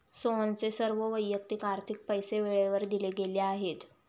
सोहनचे सर्व वैयक्तिक आर्थिक पैसे वेळेवर दिले गेले आहेत